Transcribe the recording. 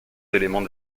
d’éléments